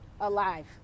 alive